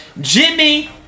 Jimmy